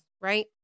Right